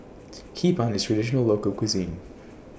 Hee Pan IS A Traditional Local Cuisine